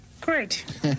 Great